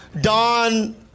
Don